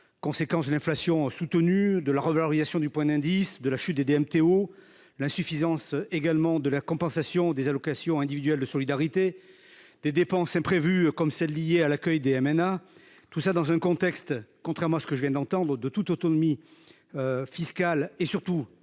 conséquence de l’inflation soutenue, de la revalorisation du point d’indice, de la chute des recettes de DMTO, de l’insuffisance de la compensation des allocations individuelles de solidarité, des dépenses imprévues, comme celles qui sont liées à l’accueil des MNA, et ce en l’absence, contrairement à ce que je viens d’entendre, de toute autonomie fiscale et même financière